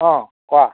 অ' কোৱা